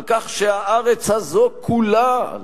על כך שהארץ הזו כולה,